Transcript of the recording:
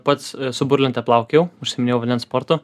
pats su burlente plaukiojau užsiiminėjau vandens sportu